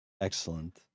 excellent